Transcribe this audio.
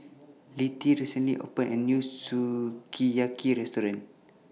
Littie recently opened A New Sukiyaki Restaurant